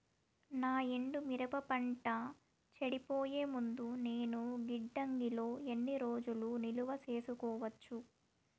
నా ఎండు మిరప పంట చెడిపోయే ముందు నేను గిడ్డంగి లో ఎన్ని రోజులు నిలువ సేసుకోవచ్చు?